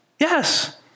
Yes